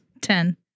Ten